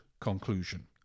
conclusion